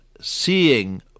seeing